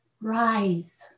rise